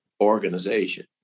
organization